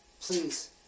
Please